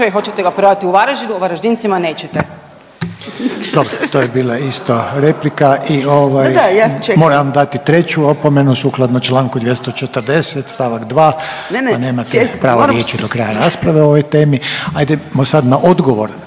Hoćete ga prodati u Varaždinu, Varaždincima nećete. **Reiner, Željko (HDZ)** Dobro. To je bila isto replika i moram dati treću opomenu sukladno članku 240. stavak 2. pa nemate pravo riječi do kraja rasprave o ovoj temi. Hajdemo sad na odgovor